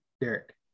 Derek